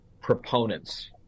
proponents